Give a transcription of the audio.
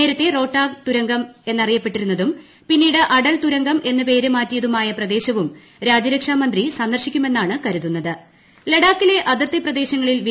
നേരത്തെ റോക്ടാങ്ക് തുരങ്കം എന്നറിയപ്പെട്ടിരുന്നതും പിന്നീട് അഡൽ തുരങ്കം എന്ന് പേര് മാറ്റിയതുമായ പ്രദേശവും രാജ്യരക്ഷാമന്ത്രി സന്ദർശിക്കുമെന്നാണ് ലഡാക്കിലെ അതിർത്തി പ്രദേശങ്ങളിൽ കരുതുന്നത്